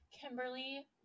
Kimberly